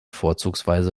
vorzugsweise